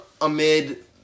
amid